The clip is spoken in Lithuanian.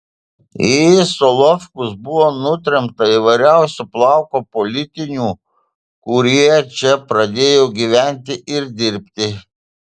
į solovkus buvo nutremta įvairiausio plauko politinių kurie čia pradėjo gyventi ir dirbti